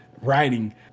writing